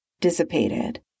dissipated